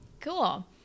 Cool